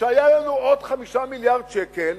שהיה לנו עוד 5 מיליארדי שקלים